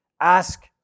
ask